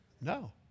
No